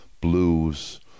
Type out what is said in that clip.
blues